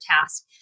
task